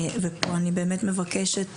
ופה אני באמת מבקשת,